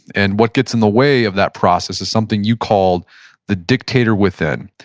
and what gets in the way of that process is something you call the dictator within.